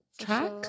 track